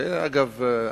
זה, אגב,